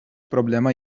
problema